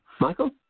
michael